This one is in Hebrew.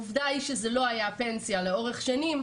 העובדה היא שזו לא הייתה פנסיה לאורך שני.